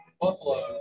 Buffalo